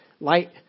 light